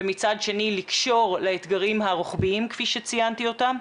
ומצד שני לקשור לאתגרים הרוחביים כפי שציינתי אותם,